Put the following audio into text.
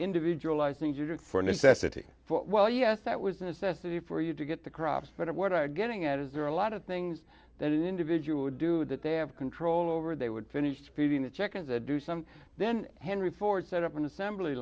necessity well yes that was a necessity for you to get the crops but what are getting at is there are a lot of things that individual would do that they have control over they would finish feeding the chickens the do some then henry ford set up an assembly